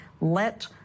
let